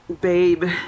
babe